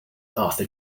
arthur